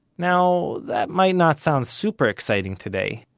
now, that might not sound super exciting today,